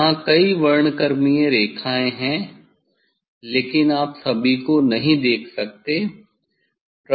यहाँ कई वर्णक्रमीय रेखाएं हैं लेकिन आप सभी को नहीं देख सकते हैं